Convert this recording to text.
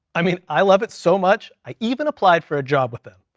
i mean, i love it so much i even applied for a job with them,